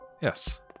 yes